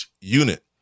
unit